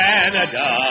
Canada